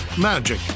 Magic